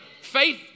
faith